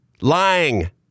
Lying